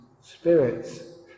spirits